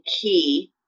key